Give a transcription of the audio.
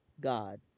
God